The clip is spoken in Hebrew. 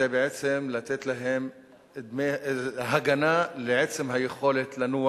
זה בעצם לתת להם הגנה לעצם היכולת לנוע